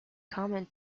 common